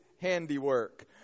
handiwork